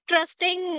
Trusting